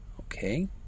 Okay